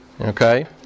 Okay